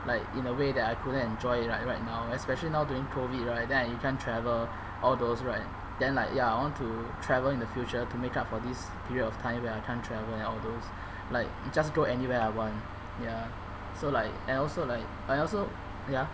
like in a way that I couldn't enjoy it like right now especially now during COVID right then I can't travel all those right then like ya I want to travel in the future to make up for this period of time when I can't travel and all those like just go anywhere I want ya so like and also like and also ya